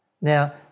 Now